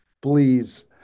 please